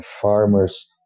farmers